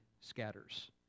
scatters